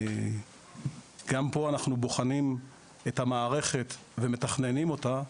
גם פה אנחנו בוחנים את המערכת ומתכננים אותה,